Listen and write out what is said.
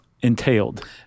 entailed